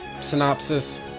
synopsis